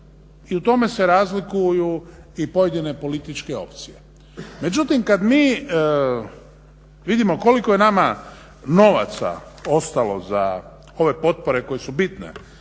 i u tome se razlikuju i pojedine političke opcije. Međutim, kad mi vidimo koliko je nama novaca ostalo za ove potpore koje su bitne,